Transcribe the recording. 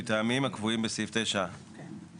מטעמים הקבועים בסעיף 9(ב)